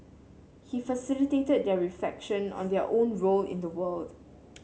he facilitated their reflection on their own role in the world